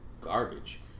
garbage